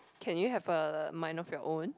can you have a mind of your own